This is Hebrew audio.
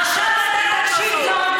עכשיו אתה תקשיב,